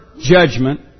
judgment